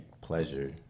pleasure